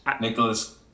Nicholas